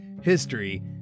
history